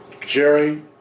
Jerry